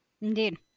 Indeed